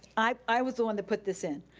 i was the one that put this in.